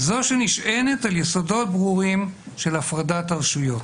זו שנשענת על יסודות ברורים של הפרדת הרשויות.